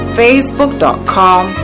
facebook.com